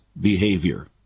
behavior